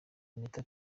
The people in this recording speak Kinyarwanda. anita